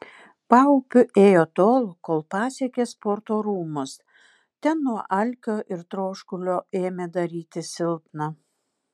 paupiu ėjo tol kol pasiekė sporto rūmus ten nuo alkio ir troškulio ėmė darytis silpna